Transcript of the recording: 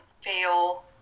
feel